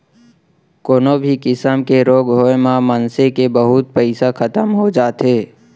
कोनो भी किसम के रोग होय म मनसे के बहुत पइसा खतम हो जाथे